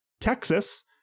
Texas